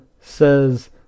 says